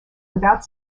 without